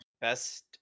Best